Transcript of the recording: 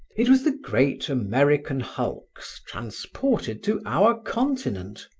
it was the great american hulks transported to our continent.